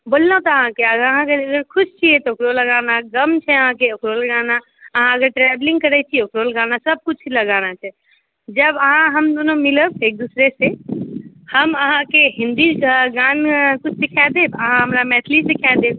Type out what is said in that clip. बोललहुँ तऽ अहाँके जऽ खुश छी तऽ ओकरा लेल गाना गम छै अहाँके तऽ ओकरो लेल गाना अहाँ जे ट्रेवलिंग करैत छियै ओकरो लेल गाना सभकुछ लेल गाना छै जब अहाँ हम दुनू मिलब एक दूसरेसँ हम अहाँकेँ हिन्दीके गानासभ सिखाए देब अहाँ हमरा मैथिली सिखाए देब